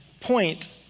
point